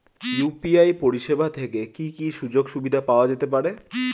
UPI পরিষেবা থেকে কি কি সুযোগ সুবিধা পাওয়া যেতে পারে?